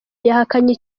yahakanye